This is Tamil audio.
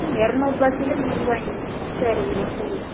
ம் எரநூறுபா சீலை நூறுபாயாங்க சரிங்க சரி